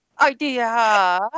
idea